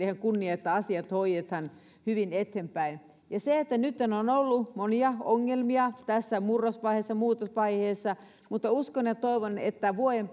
ihan kunnia että asiat hoidetaan hyvin eteenpäin nyt on ollut monia ongelmia tässä murrosvaiheessa muutosvaiheessa mutta uskon ja toivon että vuoden